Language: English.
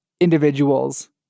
individuals